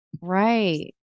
Right